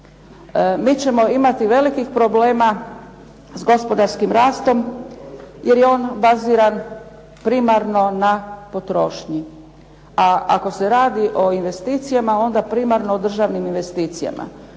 Mi ćemo imati velikih problema s gospodarskim rastom jer je on baziran primarno na potrošnji, a ako se radi o investicijama onda primarno o državnim investicijama.